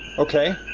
okay,